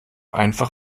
einfach